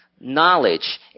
knowledge